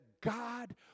God